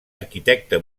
arquitecte